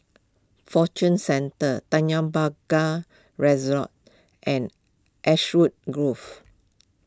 Fortune Centre Tanjong Pagar resort and Ashwood Grove